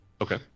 Okay